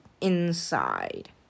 inside